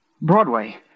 Broadway